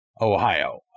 Ohio